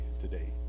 today